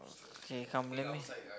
K come let me